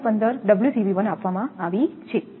15ωCV1 આપવામાં આવી છે